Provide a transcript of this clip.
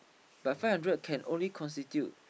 but five hundred can only constitute